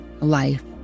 life